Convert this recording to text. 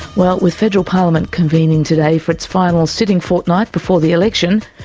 well, with federal parliament convening today for its final sitting fortnight before the election,